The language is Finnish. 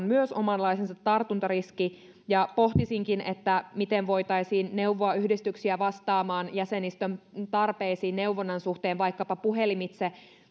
myös omanlaisensa tartuntariski ja pohtisinkin miten voitaisiin neuvoa yhdistyksiä vastaamaan jäsenistön tarpeisiin neuvonnan suhteen vaikkapa puhelimitse